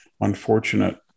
unfortunate